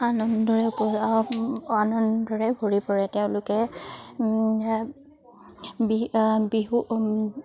আনন্দৰে আনন্দৰে ভৰি পৰে তেওঁলোকে বি বিহু